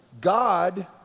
God